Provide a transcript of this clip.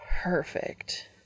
Perfect